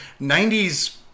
90s